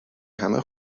همه